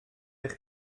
eich